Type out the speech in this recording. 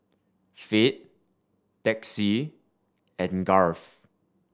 Fate Texie and Garth